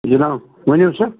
جِناب ؤنِو سا